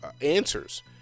answers